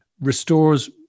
restores